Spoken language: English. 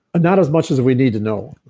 not as much as we need to know,